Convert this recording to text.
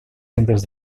centres